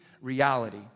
reality